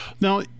Now